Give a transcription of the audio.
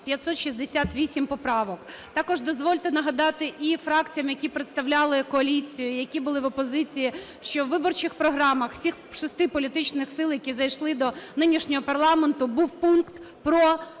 4568 поправок. Також дозвольте нагадати і фракціям, які представляли коаліцію, які були в опозиції, що в виборчих програмах всіх шести політичних сил, які зайшли до нинішнього парламенту, був пункт про відкриті